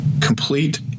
complete